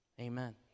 Amen